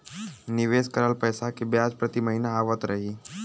निवेश करल पैसा के ब्याज प्रति महीना आवत रही?